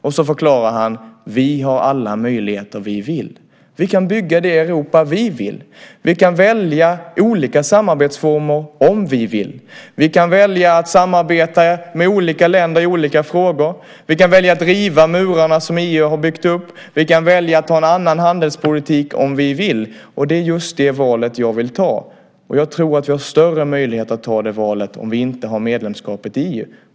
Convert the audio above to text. Och så förklarade han: Vi har alla möjligheter vi vill. Vi kan bygga det Europa vi vill. Vi kan välja olika samarbetsformer om vi vill. Vi kan välja att samarbeta med olika länder i olika frågor. Vi kan välja att riva murarna som EU har byggt upp. Vi kan välja att ha en annan handelspolitik om vi vill. Och det är just det valet jag vill göra. Jag tror att vi har större möjlighet att göra det valet om vi inte har medlemskapet i EU.